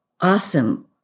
awesome